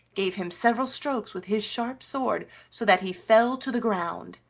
gave him several strokes with his sharp sword so that he fell to the ground.